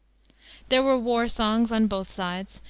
there were war songs on both sides,